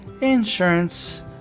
insurance